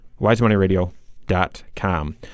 wisemoneyradio.com